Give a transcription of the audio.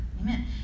Amen